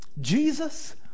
Jesus